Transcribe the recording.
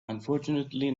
unfortunately